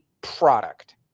product